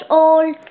old